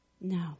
No